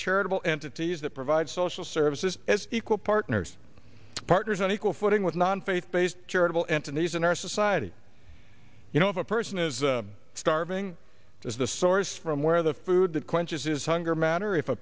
charitable entities that provide social services as equal partners partners on equal footing with non faith based charitable entities in our society you know if a person is starving as the source from where the food that quenches is hunger matter if a